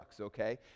okay